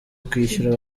kwishyura